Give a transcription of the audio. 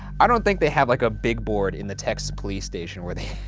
i don't think they have like a big board in the texas police station where they.